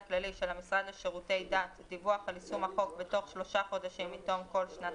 מסירת דיווח לוועדה בתוך 6 חודשים מתום כל שנת